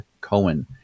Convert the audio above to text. Cohen